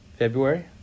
February